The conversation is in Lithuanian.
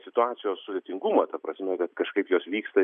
situacijos sudėtingumą ta prasme kad kažkaip jos vyksta